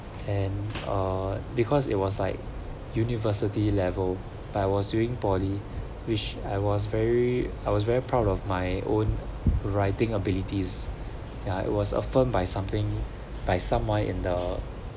and uh because it was like university level by I was doing poly which I was very I was very proud of my own writing abilities ya it was affirmed by something by someone in the